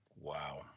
wow